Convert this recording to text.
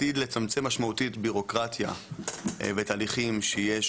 עתיד לצמצם משמעותית ביורוקרטיה ותהליכים שיש